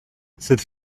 cette